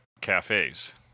cafes